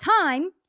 time